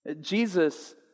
Jesus